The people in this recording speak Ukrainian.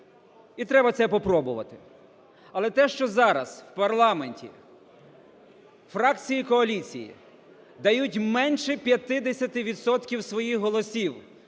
і треба це попробувати. Але те, що зараз в парламенті фракції і коаліції дають менше 50 відсотків